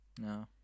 No